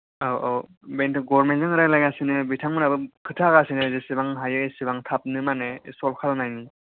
औ औ बेनथ' गरमेनथ जों रायलायगासिनो बिथांमोनहबो खोथा होगासिनो जेसेबां हायो एसेबां थाब नो माने सलभ खालामनायनि